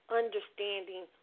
understanding